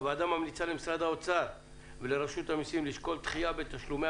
הוועדה ממליצה למשרד האוצר ולרשות המסים לשקול דחייה בתשלומי